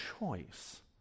choice